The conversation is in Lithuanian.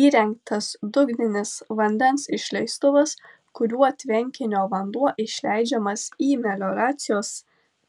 įrengtas dugninis vandens išleistuvas kuriuo tvenkinio vanduo išleidžiamas į melioracijos